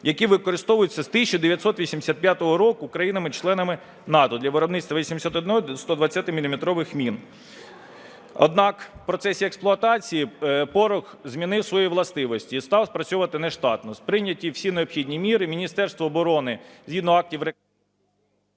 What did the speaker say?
які використовуються з 1985 року країнами-членами НАТО для виробництва 81, 120-міліметрових мін. Однак в процесі експлуатації порох змінив свої властивості і став спрацьовувати нештатно. Прийняті всі необхідні міри, Міністерство оборони згідно актів…